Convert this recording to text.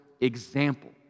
example